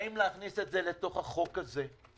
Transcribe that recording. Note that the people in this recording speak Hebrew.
האם להכניס את זה אל תוך החוק הזה,